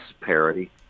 parity